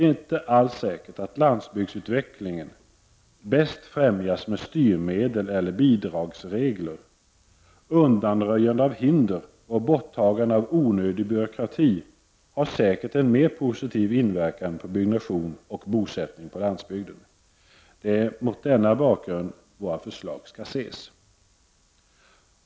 Det är alls inte säkert att landsbygdsutvecklingen bäst främjas med styrmedel eller bidragsregler. Undanröjande av hinder och borttagande av onödig byråkrati har säkert en mera positiv inverkan på byggnation och bosättning på landsbygden. Det är mot denna bakgrund våra förslag skall ses.